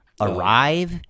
arrive